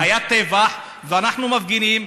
היה טבח, ואנחנו מפגינים.